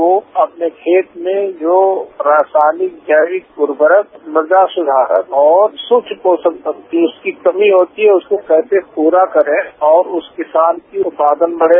वो अपने खेत में जो रासायनिक जैविक ऊर्वरक मुदा सुधारक और स्वच्छ पोषण तत्व की उसकी कमी होती है कैसे पूरा करें और उस किसान की उत्पादन बढ़े